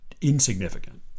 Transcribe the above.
insignificant